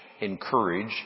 encourage